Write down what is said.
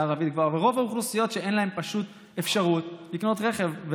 ערבית רבה ורוב האוכלוסיות שפשוט אין להן אפשרות לקנות רכב.